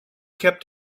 kept